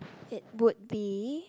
it would be